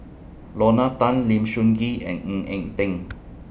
Lorna Tan Lim Sun Gee and Ng Eng Teng